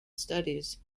studies